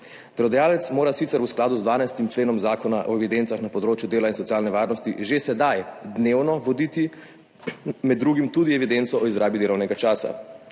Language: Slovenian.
Delodajalec mora sicer v skladu z 12. členom Zakona o evidencah na področju dela in socialne varnosti že sedaj dnevno voditi med drugim tudi evidenco o izrabi delovnega časa,